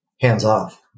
hands-off